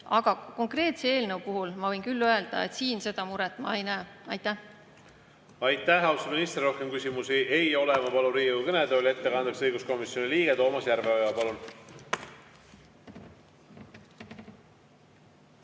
Aga konkreetse eelnõu puhul ma võin küll öelda, et siin seda muret ma ei näe. Aitäh, austatud minister! Rohkem küsimusi ei ole. Ma palun Riigikogu kõnetooli ettekandeks õiguskomisjoni liikme Toomas Järveoja.